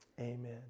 Amen